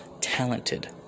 talented